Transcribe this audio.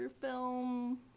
film